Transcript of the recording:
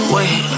Wait